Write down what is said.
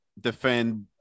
defend